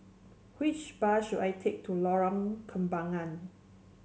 which bus should I take to Lorong Kembagan